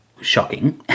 shocking